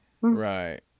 Right